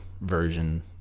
version